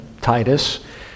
Titus